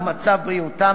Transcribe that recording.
או מצב בריאותם,